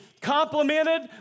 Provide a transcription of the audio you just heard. complimented